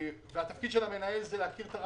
היה דיון מה קורה בראש חודש סיוון,